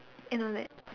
and all that